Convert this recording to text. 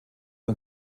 ein